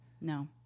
No